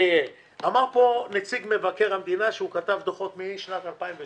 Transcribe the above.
אמר פה נציג מבקר המדינה שהוא כתב דוחות מ-2006